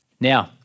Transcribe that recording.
Now